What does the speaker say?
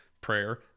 prayer